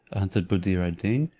answered buddir ad deen,